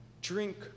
drink